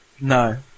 No